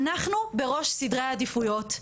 אנחנו בראש סדרי העדיפויות.